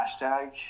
hashtag